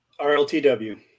rltw